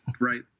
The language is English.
Right